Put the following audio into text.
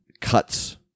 cuts